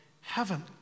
heaven